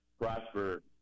prosper